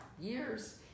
years